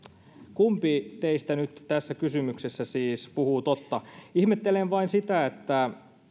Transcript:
kumpi teistä siis nyt tässä kysymyksessä puhuu totta ihmettelen vain sitä että